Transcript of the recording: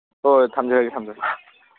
ꯍꯣꯏ ꯍꯣꯏ ꯊꯝꯖꯔꯒꯦ ꯊꯝꯖꯔꯒꯦ